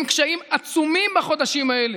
אני לא מסכים עם צ'רצ'יל כמו ראש הממשלה,